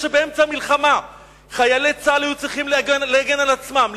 זה שבאמצע מלחמה חיילי צה"ל היו צריכים להגן על עצמם,